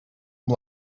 amb